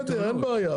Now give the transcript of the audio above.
בסדר, אין בעיה.